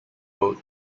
road